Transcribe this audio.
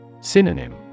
Synonym